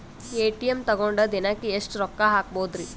ATM ತಗೊಂಡ್ ದಿನಕ್ಕೆ ಎಷ್ಟ್ ರೊಕ್ಕ ಹಾಕ್ಬೊದ್ರಿ?